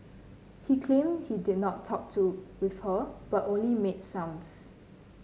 he claimed he did not talk to with her but only made sounds